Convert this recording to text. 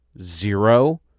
zero